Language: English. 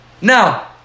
Now